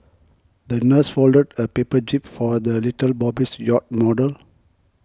the nurse folded a paper jib for the little yacht model